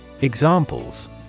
Examples